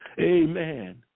Amen